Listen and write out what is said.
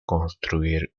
construir